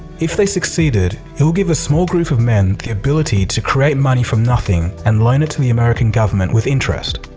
if they succeeded, it would give a small group of men the ability to create money from nothing and loan it to the american government with interest.